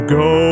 go